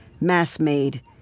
Mass-made